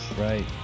Right